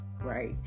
right